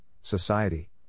society